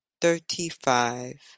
Thirty-five